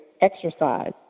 exercise